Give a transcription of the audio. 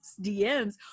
dms